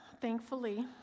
thankfully